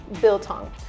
Biltong